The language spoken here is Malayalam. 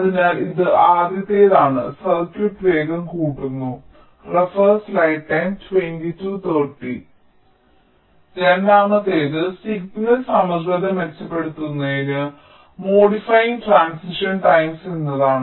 അതിനാൽ ഇത് ആദ്യത്തേതാണ് സർക്യൂട്ട് വേഗം കൂട്ടുന്നു രണ്ടാമത്തേത് സിഗ്നൽ സമഗ്രത മെച്ചപ്പെടുത്തുന്നതിന് മോഡിഫയിങ് ട്രാന്സിഷൻ ടൈംസ് എന്നതാണ്